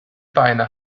beine